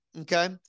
okay